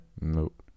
Nope